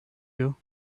you